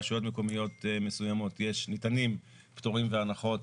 ברשויות מקומיות מסוימות ניתנים פטורים והנחות